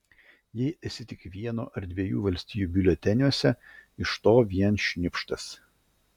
jei esi tik vieno ar dviejų valstijų biuleteniuose iš to vien šnipštas